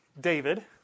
David